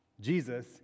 Jesus